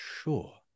sure